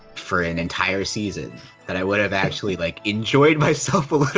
for an entire season that i would have actually like enjoyed myself a little